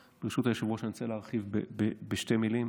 היושב-ראש, אני רוצה להרחיב בשתי מילים